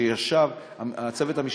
לצוות המשפטי,